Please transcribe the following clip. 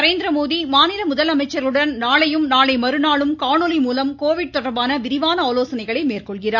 நரேந்திரமோடி மாநில முதலமைச்சர்களுடன் நாளையும் நாளை மறுநாளும் காணொலி மூலம் கோவிட் தொடர்பான விரிவான மேற்கொள்கிறார்